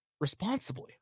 responsibly